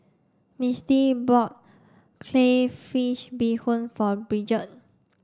Misti bought Crayfish Beehoon for Bridger